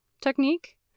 technique